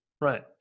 Right